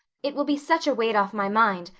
it will be such a weight off my mind,